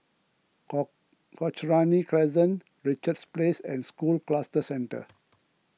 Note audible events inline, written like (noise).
(unintelligible) Cochrane Crescent Richards Place and School Cluster Centre